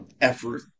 effort